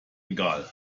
egal